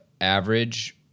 average –